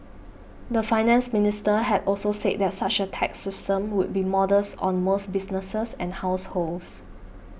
the Finance Minister had also said that such a tax system would be modest on most businesses and households